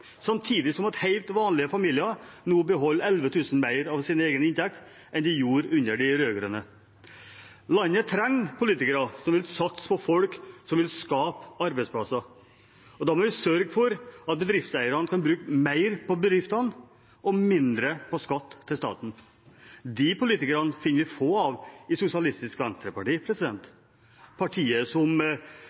samtidig som helt vanlige familier nå beholder 11 000 kr mer av sin egen inntekt enn de gjorde under de rød-grønne. Landet trenger politikere som vil satse på folk som vil skape arbeidsplasser. Da må vi sørge for at bedriftseierne kan bruke mer på bedriftene og mindre på skatt til staten. De politikerne finner vi få av i Sosialistisk Venstreparti, partiet som